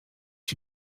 you